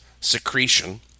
secretion